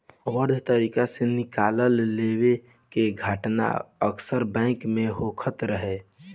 अवैध तरीका से निकाल लेवे के घटना अक्सर बैंक में होखत रहे